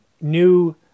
New